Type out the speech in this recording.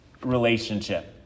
relationship